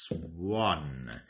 one